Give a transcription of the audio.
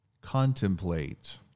contemplate